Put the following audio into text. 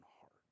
heart